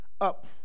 up